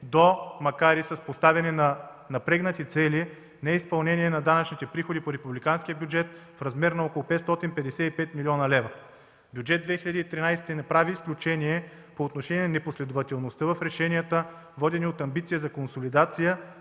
до, макар и с поставяне на напрегнати цели, неизпълнение на данъчните приходи по републиканския бюджет в размер на около 555 млн. лв. Бюджет 2013 г. не прави изключение по отношение непоследователността в решенията, водени от амбиция за консолидация,